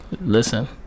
Listen